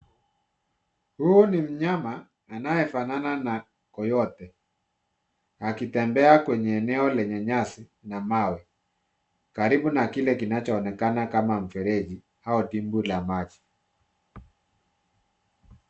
Huyu ni mnyama anayefanana na coyote akitembea kwenye eneo lenye nyasi na mawe, karibu na kile kinachoonekana kama mfereji au dimbwi la maji.